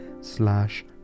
slash